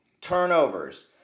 turnovers